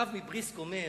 הרב מבריסק אומר,